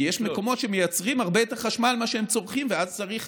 כי יש מקומות שמייצרים הרבה יותר חשמל ממה שהם צורכים ואז צריך